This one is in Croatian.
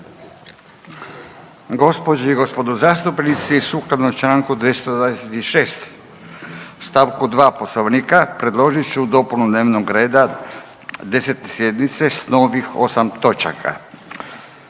Gospođe i gospodo zastupnici, sukladno čl. 226 st. 2 Poslovnika predložit ću dopunu dnevnog reda 10. sjednice s novih 8 točaka.